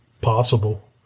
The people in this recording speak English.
possible